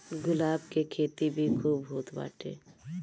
गुलाब के खेती भी खूब होत बाटे